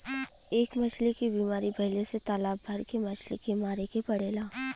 एक मछली के बीमारी भइले से तालाब भर के मछली के मारे के पड़ेला